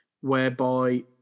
whereby